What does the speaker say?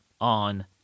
on